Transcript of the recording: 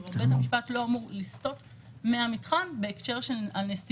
כלומר בית המשפט לא אמור לסטות מן המתחם בהקשר של הנסיבות